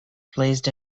placed